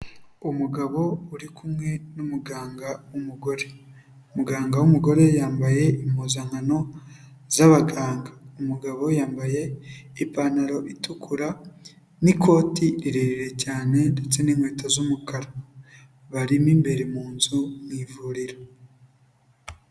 Umugabo uri kumwe n'umuganga w'umugore, muganga w'umugore yambaye impuzankano z'abaganga. Umugabo yambaye ipantaro itukura n'ikoti rirerire cyane ndetse n'inkweto z'umukara, barimo imbere mu nzu mu ivuriro.